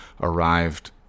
arrived